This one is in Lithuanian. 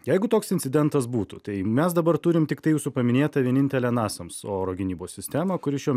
jeigu toks incidentas būtų tai mes dabar turim tiktai jūsų paminėtą vienintelę nasams oro gynybos sistemą kuri šiuo